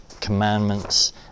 commandments